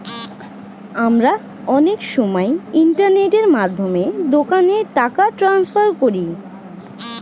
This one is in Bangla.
আমরা অনেক সময় ইন্টারনেটের মাধ্যমে দোকানে টাকা ট্রান্সফার করি